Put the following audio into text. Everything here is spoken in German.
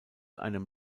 einem